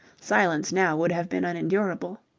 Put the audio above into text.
silence now would have been unendurable.